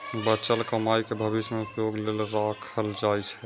बचल कमाइ कें भविष्य मे उपयोग लेल राखल जाइ छै